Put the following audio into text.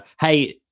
hey